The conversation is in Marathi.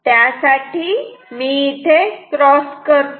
त्यासाठी मी इथे क्रॉस करतो